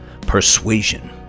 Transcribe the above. persuasion